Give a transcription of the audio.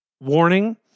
Warning